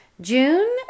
June